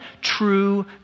true